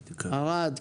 ערד,